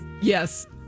yes